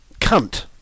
Cunt